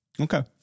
Okay